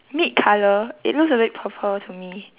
meat colour it looks a bit purple to me